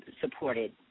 supported